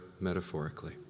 metaphorically